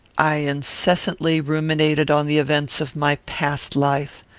i incessantly ruminated on the events of my past life.